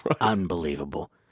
Unbelievable